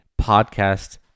podcast